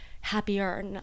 happier